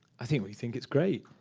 i think we think it's great.